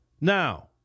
Now